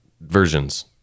versions